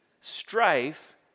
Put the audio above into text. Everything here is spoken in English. strife